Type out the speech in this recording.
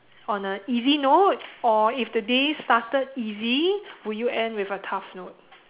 on a easy note or if the day started easy would you end with a tough note